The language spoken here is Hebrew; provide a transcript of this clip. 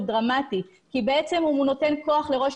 הוא דרמטי כי בעצם הוא נותן כוח לראש